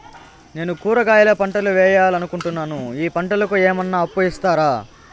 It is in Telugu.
నేను కూరగాయల పంటలు వేయాలనుకుంటున్నాను, ఈ పంటలకు ఏమన్నా అప్పు ఇస్తారా?